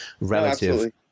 relative